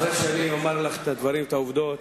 אחרי שאני אומר לך את הדברים, את העובדות.